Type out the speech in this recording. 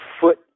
foot